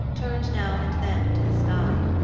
turned now and then to the sky.